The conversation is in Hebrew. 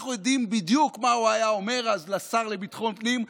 אנחנו יודעים בדיוק מה הוא היה אומר אז לשר לביטחון פנים.